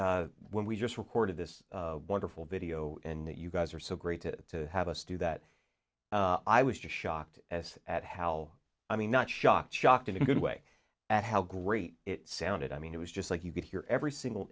one we just recorded this wonderful video that you guys are so great to have us do that i was just shocked as at how i mean not shocked shocked in a good way at how great it sounded i mean it was just like you could hear every single